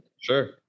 Sure